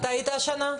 היית השנה?